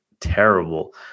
terrible